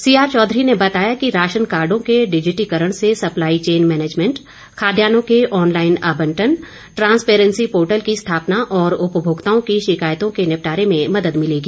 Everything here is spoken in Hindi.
सीआर चौधरी ने बताया कि राशनकार्डों के डिजिटीकरण से सप्लाई चैन मैनेजमेंट खाद्यान्नों के ऑनलाईन आबंटन ट्रांसपेरेंसी पोर्टल की स्थापना और उपभोक्ताओं की शिकायतों के निपटारे में मदद मिलेगी